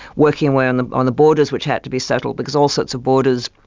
working away on the on the borders which had to be settled because all sorts of borders,